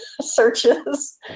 searches